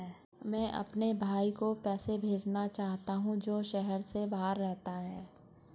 मैं अपने भाई को पैसे भेजना चाहता हूँ जो शहर से बाहर रहता है